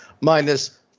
minus